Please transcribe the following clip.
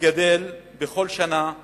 שגדל בכל שנה בכ-8%,